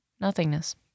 Nothingness